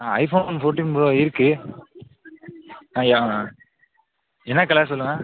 ஆ iPhone fourteen pro இருக்குது ஆ ஏன் என்ன கலர் சொல்லுங்கள்